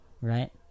right